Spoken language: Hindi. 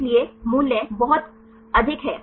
इसलिए मूल्य बहुत अधिक हैं